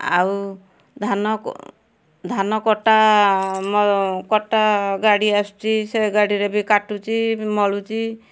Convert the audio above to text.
ଆଉ ଧାନ କ ଧାନକଟା କଟା ଗାଡ଼ି ଆସୁଛି ସେ ଗାଡ଼ିରେ ବି କାଟୁଛି ମଳୁଛି